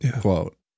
quote